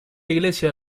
iglesia